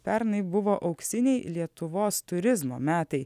pernai buvo auksiniai lietuvos turizmo metai